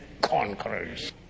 conquerors